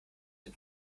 dem